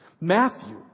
Matthew